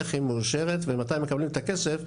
איך היא מאושרת ומתי הם מקבלים את הכסף,